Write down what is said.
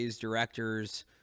directors